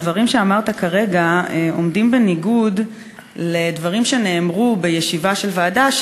הדברים שאמרת כרגע עומדים בניגוד לדברים שנאמרו בישיבה של הוועדה.